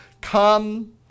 Come